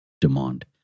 demand